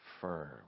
firm